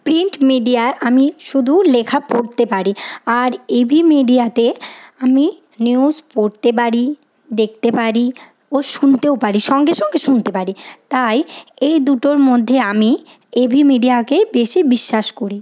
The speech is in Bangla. প্রিন্ট মিডিয়ায় আমি শুধু লেখা পড়তে পারি আর এভি মিডিয়াতে আমি নিউজ পড়তে পারি দেখতে পারি ও শুনতেও পারি সঙ্গে সঙ্গে শুনতে পারি তাই এই দুটোর মধ্যে আমি এভি মিডিয়াকে বেশী বিশ্বাস করি